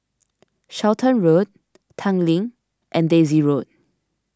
Charlton Road Tanglin and Daisy Road